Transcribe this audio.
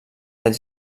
els